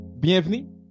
Bienvenue